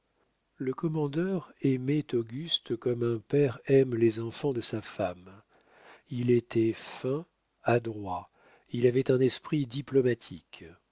le commandeur aimait auguste comme un père aime les enfants de sa femme il était fin adroit il avait un esprit diplomatique